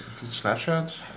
Snapchat